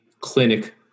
clinic